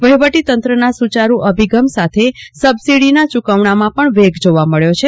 વહીવટી તંત્રના સુચારૂ અભિગમ સાથે સબસિડીના ચૂકવણામાં પણ વેગ જોવા મળ્યો છે